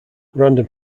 random